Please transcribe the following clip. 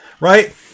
right